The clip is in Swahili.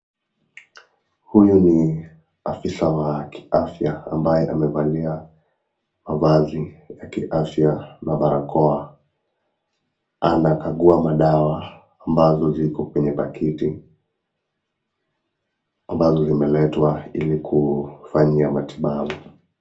Huyu ni afisa wa kiafya ambaye amevalia mavazi ya kiafya na barakoa, anakagua madawa ambazo ziko kwenye paketi ambazo zimeletwa ili kufanyia matibabu.